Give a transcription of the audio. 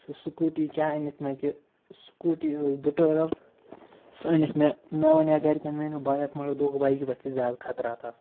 سۄ سٕکوٗٹی کیٛاہ أنِکھ مےٚ کہِ سٕکوٗٹی ٲس دُ ٹٲرَل سۄ أنِکھ مےٚ مےٚ وَنیو گرکٮ۪ن مےٚ أنِو بایک مگر دوٚپُکھ بایکہِ پٮ۪ٹھ چھِ زیادٕ خطرات آسان